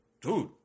dude